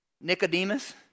Nicodemus